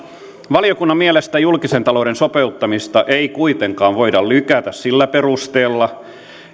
valiokunnan mielestä julkisen talouden sopeuttamista ei kuitenkaan voida lykätä sillä perusteella